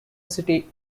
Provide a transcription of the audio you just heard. city